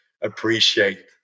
appreciate